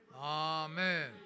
Amen